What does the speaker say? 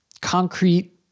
concrete